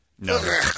No